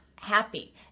happy